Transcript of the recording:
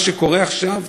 מה שקורה עכשיו,